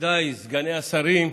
מכובדיי סגני השרים,